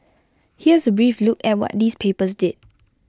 here's A brief look at what these papers did